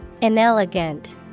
Inelegant